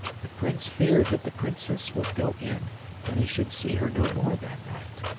the prince feared that the princess would go in and he should see her no more that night.